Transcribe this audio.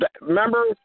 remember